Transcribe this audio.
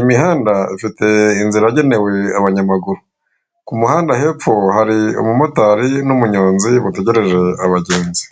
Imihanda ifite inzira yagenewe abanyamaguru, ku muhanda hepfo hari umumotari n'umunyonzi bategereje abagenzi.